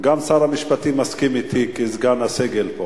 גם שר המשפטים מסכים אתי, כזקן הסגל פה.